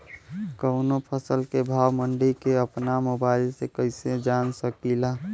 कवनो फसल के भाव मंडी के अपना मोबाइल से कइसे जान सकीला?